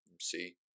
See